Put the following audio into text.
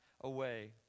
away